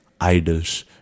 idols